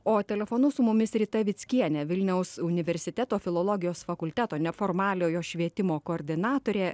o telefonu su mumis rita vickienė vilniaus universiteto filologijos fakulteto neformaliojo švietimo koordinatorė